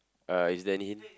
uh is there any hint